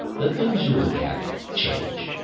the things you look at change.